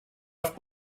auf